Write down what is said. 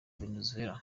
venezuela